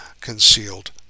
concealed